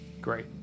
Great